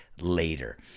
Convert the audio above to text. later